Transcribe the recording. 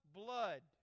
blood